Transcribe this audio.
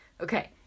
Okay